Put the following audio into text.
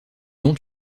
long